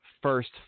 first